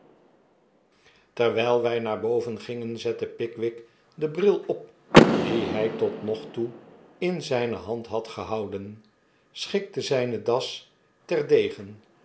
terwijl wij naar boven gingen zette pickwick den bril op dien hij tot nog toe in zijne hand had gehouden schikte zijne das terdegen